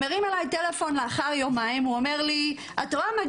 הוא הרים אליי טלפון לאחרי יומיים ואמר לי: "את רואה,